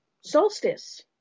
solstice